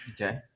okay